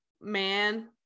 man